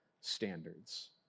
standards